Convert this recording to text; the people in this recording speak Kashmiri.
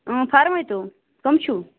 فارمٲیتو کٕم چھِو